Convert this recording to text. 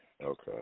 Okay